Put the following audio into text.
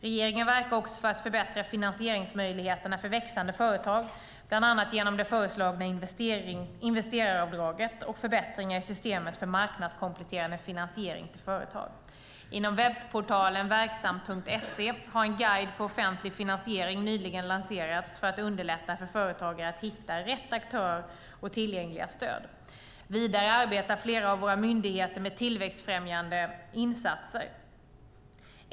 Regeringen verkar också för att förbättra finansieringsmöjligheterna för växande företag, bland annat genom det föreslagna investeraravdraget och förbättringar i systemet för marknadskompletterande finansiering till företag. Inom webbportalen verksamt.se har en guide för offentlig finansiering nyligen lanserats för att underlätta för företagare att hitta rätt aktör och tillgängliga stöd. Vidare arbetar flera av våra myndigheter med tillväxtfrämjande insatser.